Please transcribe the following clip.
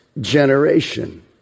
generation